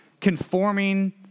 conforming